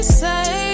say